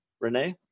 Renee